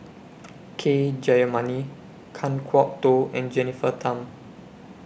K Jayamani Kan Kwok Toh and Jennifer Tham